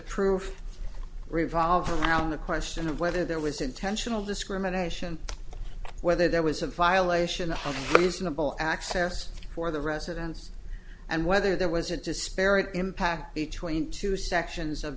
proof revolve around the question of whether there was intentional discrimination whether there was a violation the whole reason of all access for the residence and whether there was a disparate impact between two sections of